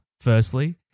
firstly